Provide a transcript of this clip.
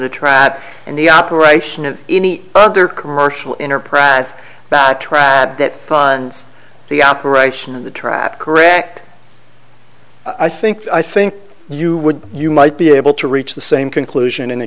the trap and the operation of any other commercial enterprise backtrack that that funds the operation of the trap correct i think i think you would you might be able to reach the same conclusion in a